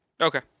Okay